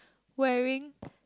wearing